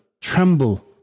tremble